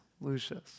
Lucius